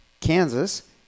Kansas